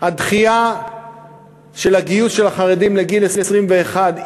הדחייה של הגיוס של החרדים לגיל 21,